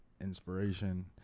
inspiration